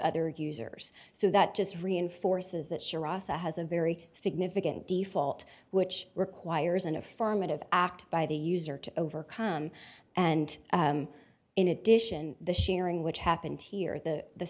other users so that just reinforces that she has a very significant default which requires an affirmative act by the user to overcome and in addition the sharing which happened here the the